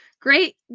great